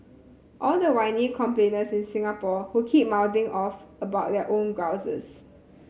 all the whiny complainers in Singapore who keep mouthing off about their own grouses